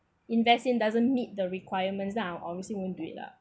invest in doesn't meet the requirements lah obviously won't do it lah